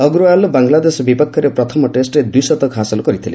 ଅଗ୍ରୱାଲ୍ ବାଂଲଶଦେଶ ବିପକ୍ଷରେ ପ୍ରଥମ ଟେଷ୍ଟରେ ଦ୍ୱି ଶତକ ହାସଲ କରିଥିଲେ